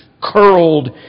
curled